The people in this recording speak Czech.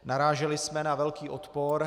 Naráželi jsme na velký odpor.